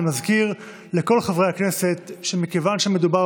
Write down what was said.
אני מזכיר לכל חברי הכנסת שמכיוון שמדובר